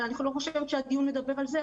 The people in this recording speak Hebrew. אבל אני לא חושבת שהדיון מדבר על זה.